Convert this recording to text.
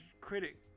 critic